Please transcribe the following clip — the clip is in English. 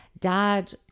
Dad